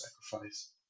sacrifice